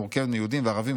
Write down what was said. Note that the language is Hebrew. המורכבת מיהודים וערבים,